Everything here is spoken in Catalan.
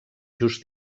just